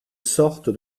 sorte